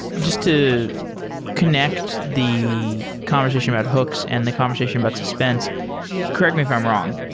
just to connect the conversation about hooks and the conversation about suspense correct me if i'm wrong.